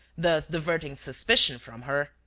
thus diverting suspicion from her.